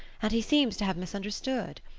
and he seems to have misunderstood.